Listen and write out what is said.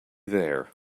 there